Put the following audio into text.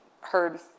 heard